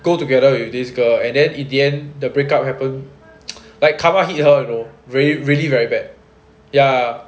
go together with this girl and then in the end the break up happen like karma hit her you know really really very bad ya